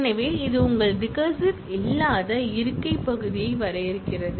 எனவே இது உங்கள் ரிகரசிவ் இல்லாத இருக்கை பகுதியை வரையறுக்கிறது